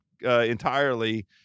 Entirely